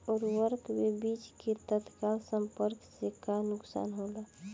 उर्वरक व बीज के तत्काल संपर्क से का नुकसान होला?